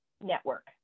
network